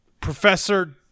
Professor